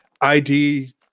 id